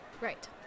right